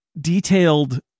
detailed